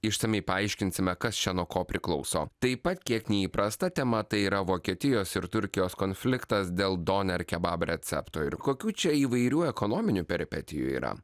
išsamiai paaiškinsime kas čia nuo ko priklauso taip pat kiek neįprasta tema tai yra vokietijos ir turkijos konfliktas dėl doner kebab recepto ir kokių čia įvairių ekonominių peripetijų yra